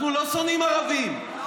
אנחנו לא שונאים ערבים,